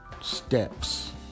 steps